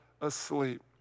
asleep